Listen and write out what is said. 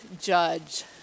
judge